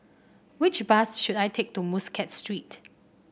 which bus should I take to Muscat Street